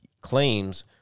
claims